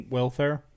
Welfare